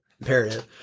imperative